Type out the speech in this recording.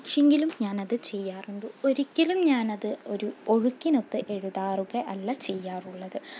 പക്ഷെങ്കിലും ഞാൻ അത് ചെയ്യാറുണ്ട് ഒരിക്കലും ഞാൻ അത് ഒരു ഒഴുക്കിനൊത്ത് എഴുതാറുക അല്ല ചെയ്യാറുള്ളത്